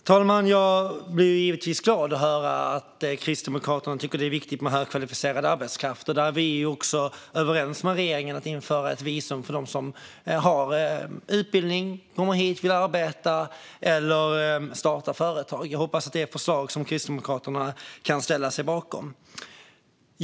Fru talman! Jag blir givetvis glad över att höra att Kristdemokraterna tycker att det är viktigt med högkvalificerad arbetskraft. Där är vi överens med regeringen om att införa ett visum för dem som har utbildning och som vill komma hit och arbeta eller starta företag. Jag hoppas att det är ett förslag som Kristdemokraterna kan ställa sig bakom.